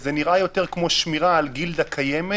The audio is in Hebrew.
זה נראה יותר כמו שמירה על גילדה קיימת